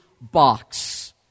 box